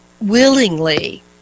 willingly